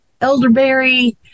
elderberry